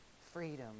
Freedom